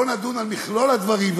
בואו נדון על מכלול הדברים.